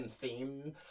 theme